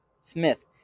Smith